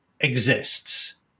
exists